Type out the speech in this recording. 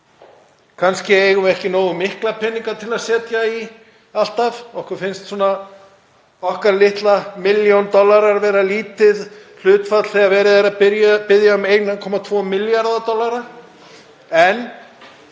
Kannski eigum við ekki nógu mikla peninga til að setja í allt, okkur finnst okkar litla eina milljón dollara vera lítið hlutfall þegar verið er að biðja um 1,2 milljarða dollara. En